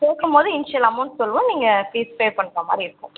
சேர்க்கும் போது initial amount சொல்லுவோம் நீங்கள் ஃபீஸ் பே பண்ணுற மாதிரி இருக்கும்